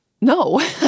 no